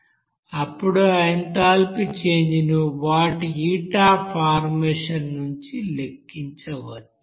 ఇప్పుడు ఆ enthalpy change ను వాటి హీట్ అఫ్ ఫార్మేషన్ నుండి లెక్కించవచ్చు